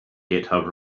github